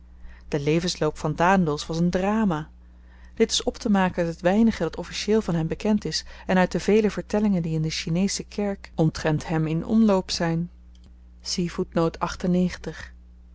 de levensloop van daendels was n drama dit is optemaken uit het weinige dat officieel van hem bekend is en uit de vele vertellingen die in de chinesche kerk omtrent hem in omloop zyn